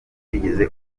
utigeze